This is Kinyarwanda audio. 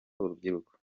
urubyiruko